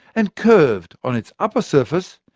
and curved on its upper surface,